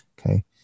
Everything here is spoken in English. Okay